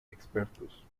expertos